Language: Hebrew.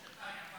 אתה יכול להתייחס.